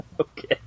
Okay